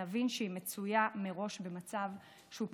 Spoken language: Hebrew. נבין שהיא מצויה מראש במצב שהוא פשוט בלתי אפשרי בשוק התעסוקה.